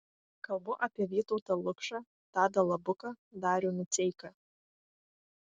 kalbu apie vytautą lukšą tadą labuką darių miceiką